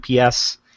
UPS